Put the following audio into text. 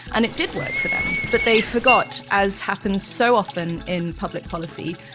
and it did work for them, but they forgot, as happens so often in public policy,